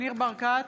ניר ברקת,